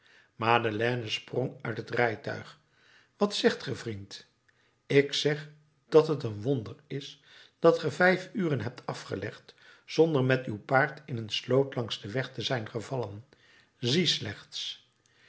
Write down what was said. madeleine sprong uit het rijtuig wat zegt ge vriend ik zeg dat t een wonder is dat ge vijf uren hebt afgelegd zonder met uw paard in een sloot langs den weg te zijn gevallen zie slechts